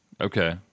Okay